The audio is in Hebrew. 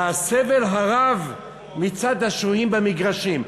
והסבל רב מצד השוהים במגרשים.